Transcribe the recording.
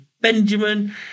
Benjamin